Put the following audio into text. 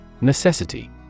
Necessity